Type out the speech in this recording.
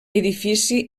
edifici